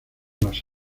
las